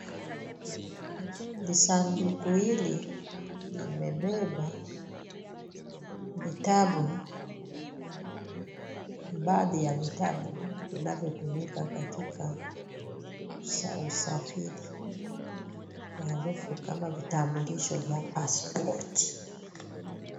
Jisanduku hili limebeba baadhi ya vitabu vinavyotumika katika usafiri maarufu kama vitambulisho vya pasipoti.